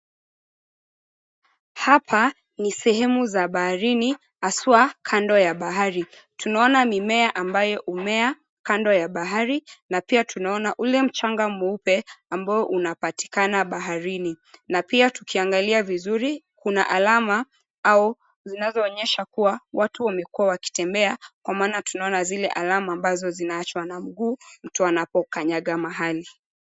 Hapa ni sehemu za baharini haswa kando ya bahari. Tunaona mimea ambayo humea kando ya bahari, na pia tunaona ule mchanga mweupe ambao unapatikana baharini. Na pia tukiangalia vizuri kuna alama au zinazoonyesha kuwa watu wamekuwa wakitembea, kwa maana tunaona zile alama ambazo zinaachwa na mguu mtu anapokanyaga mahali.